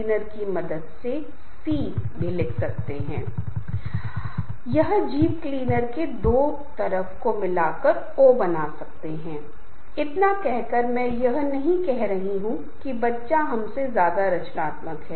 कई कारक समूह सामंजस्य की मात्रा को प्रभावित करते हैं समूह के लक्ष्यों पर समझौता बातचीत की आवृत्ति व्यक्तिगत आकर्षण अंतर समूह प्रतियोगिता अनुकूल मूल्यांकन वगैरह